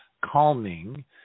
calming